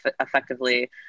effectively